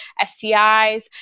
STIs